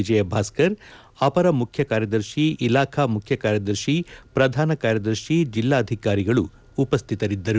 ವಿಜಯಭಾಸ್ಕರ್ ಅಪರ ಮುಖ್ಯ ಕಾರ್ಯದರ್ಶಿ ಇಲಾಖಾ ಮುಖ್ಯ ಕಾರ್ಯದರ್ಶಿ ಪ್ರಧಾನ ಕಾರ್ಯದರ್ಶಿ ಜಿಲ್ಲಾಧಿಕಾರಿಗಳು ಉಪಸ್ಥಿತರಿದ್ದರು